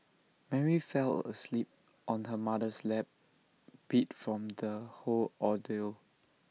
Mary fell asleep on her mother's lap beat from the whole ordeal